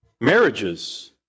Marriages